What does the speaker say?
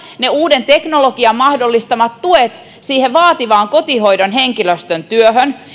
ne uuden teknologian mahdollistamat tuet siihen vaativaan kotihoidon henkilöstön työhön